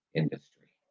industry